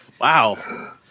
Wow